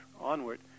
onward